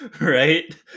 right